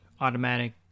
automatic